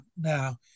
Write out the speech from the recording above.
now